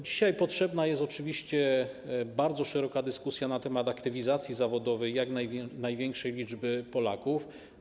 Dzisiaj potrzebna jest oczywiście bardzo szeroka dyskusja na temat aktywizacji zawodowej jak największej liczby Polaków.